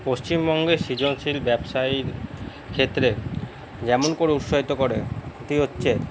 পশ্চিমবঙ্গের সৃজনশীল ব্যবসায়ীর ক্ষেত্রে যেমন করে উৎসাহিত করে সেটি হচ্ছে